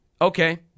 okay